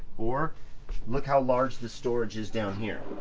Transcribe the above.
or look how large the storage is down here.